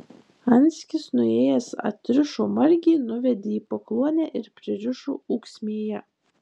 anskis nuėjęs atrišo margį nuvedė į pakluonę ir pririšo ūksmėje